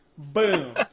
Boom